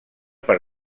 per